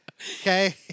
Okay